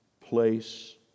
place